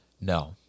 no